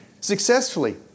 Successfully